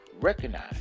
recognize